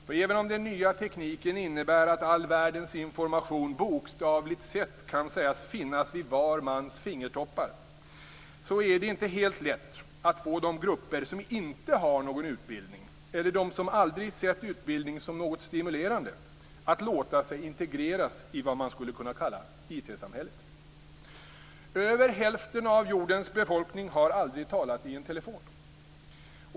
För även om den nya tekniken innebär att all världens information bokstavligt sett kan sägas finnas vid var mans fingertoppar är det inte helt lätt att få de grupper som inte har någon utbildning eller de som aldrig sett utbildning som något stimulerande att låta sig integreras i vad man skulle kunna kalla IT samhället. Över hälften av jordens befolkning har aldrig talat i en telefon.